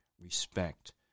respect